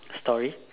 story